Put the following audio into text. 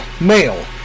male